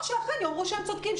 או שאכן יאמר שהם צודקים,